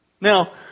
Now